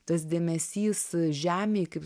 tas dėmesys žemėj kaip